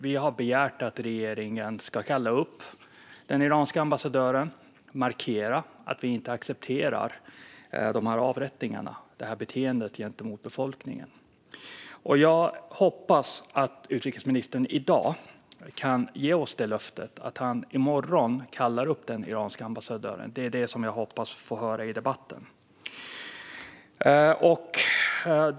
Vi har begärt att regeringen ska kalla upp den iranska ambassadören och markera att vi inte accepterar avrättningarna och beteendet gentemot befolkningen. Jag hoppas att utrikesministern i dag kan ge oss löfte att han i morgon kallar upp den iranska ambassadören. Detta är vad jag hoppas få höra i debatten.